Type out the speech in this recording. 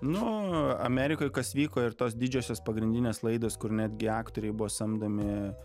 nu amerikoj kas vyko ir tos didžiosios pagrindinės laidos kur netgi aktoriai buvo samdomi